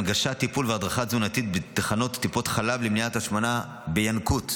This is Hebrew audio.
הנגשת טיפול בהדרכה תזונתית בתחנות טיפות חלב למניעת השמנה בינקות,